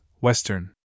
Western